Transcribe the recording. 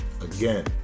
Again